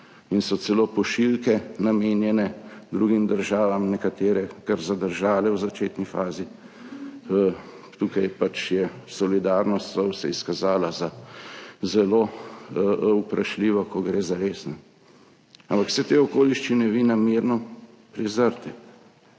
in so celo pošiljke, namenjene drugim državam, nekatere kar zadržale v začetni fazi. Tukaj se je solidarnost izkazala za zelo vprašljivo, ko gre zares. Ampak vse te okoliščine vi namerno prezrete,